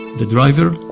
the driver,